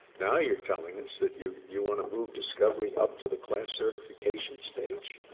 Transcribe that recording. now you're telling us that you you want to move discovery up to the class certification stage?